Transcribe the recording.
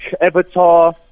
Avatar